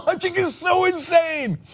like like is so insane.